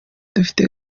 dufite